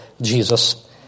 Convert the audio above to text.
Jesus